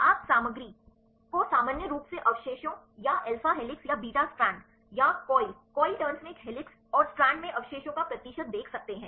आप सामग्री को सामान्य रूप से अवशेषों या अल्फा हेलिक्स या बीटा स्ट्रैंड या कॉइल कॉइल टर्न्स में एक हेलिसेस और स्ट्रैंड में अवशेषों का प्रतिशत देख सकते हैं